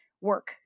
work